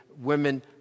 women